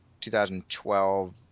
2012